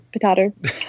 potato